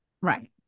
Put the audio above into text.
right